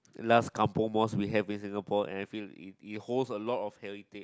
last Kampung mosque we have in Singapore and I feel it it holds a lot of heritage